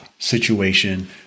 Situation